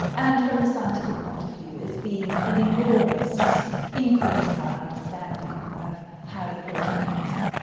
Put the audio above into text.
and from the scientific point of view it's been an enormous increase in our understanding of how the protein works.